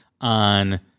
on